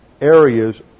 areas